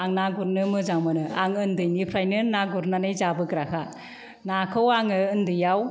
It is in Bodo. आं ना गुरनो मोजां मोनो आं उन्दैनिफ्रायनो ना गुरनानै जाबोग्राखा नाखौ आङो उन्दैयाव